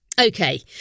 Okay